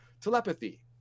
telepathy